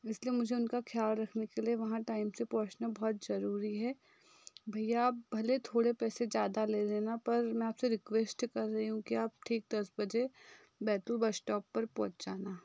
इसलिए मुझे उनका ख्याल रखने के लिए वहाँ टाइम से पहुँचना बहुत जरूरी है भईया आप भले थोड़े पैसे ज़्यादा ले लेना पर मैं आपसे रिक्वेस्ट कर रही हूँ कि आप ठीक दस बजे बैतूल बस स्टॉप पर पहुँच जाना